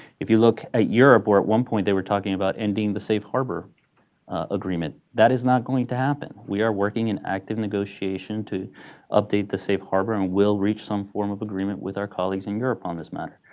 if you look at europe where at one point they were talking about ending the safe harbor agreement, that is not going to happen. we are working in active negotiation to update the safe harbor and will reach some form of agreement with our colleagues in europe on this matter.